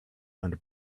and